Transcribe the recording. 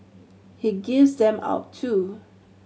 he gives them out too